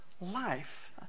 life